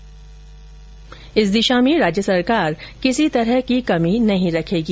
इंस दिशा में राज्य सरकार किसी तरह की कमी नहीं रखेगी